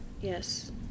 Yes